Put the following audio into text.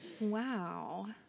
wow